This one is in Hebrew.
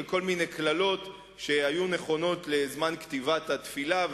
וכל מיני קללות שהיו נכונות לזמן כתיבת התפילה,